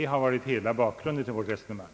Det har hela tiden varit bakgrunden till vårt resonemang.